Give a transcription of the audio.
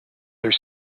their